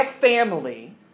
family